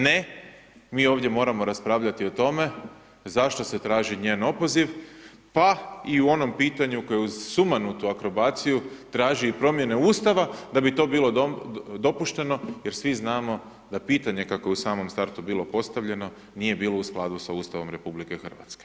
Ne, mi ovdje moramo raspravljati o tome zašto se traži njen opoziv, pa i u onom pitanju koji uz sumanutu akrobaciju, traži i promjene Ustava da bi to bilo dopušteno jer svi znamo, da pitanje, kako je u samom startu bilo postavljeno, nije bilo u skladu sa Ustavom RH.